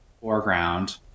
foreground